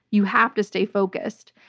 you have to stay focused.